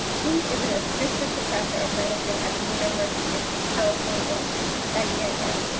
he is and assistant professor of medicine at the university of california san diego.